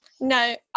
No